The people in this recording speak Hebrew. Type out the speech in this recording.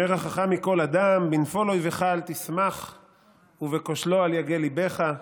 אומר החכם מכל אדם: "בנפֹל אויבך אל תשמח ובכָּשְׁלו אל יָגֵל לִבך".